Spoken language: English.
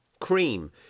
cream